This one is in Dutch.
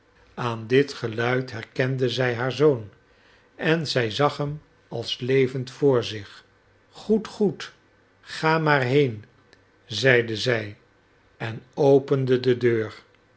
aan dit geluid herkende zij haar zoon en zij zag hem als levend voor zich goed goed ga maar heen zeide zij en opende de deur